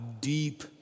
deep